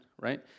right